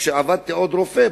כשעוד עבדתי כרופא,